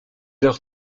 leur